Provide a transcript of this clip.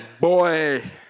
boy